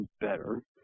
better